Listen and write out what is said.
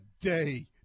day